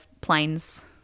planes